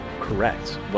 Correct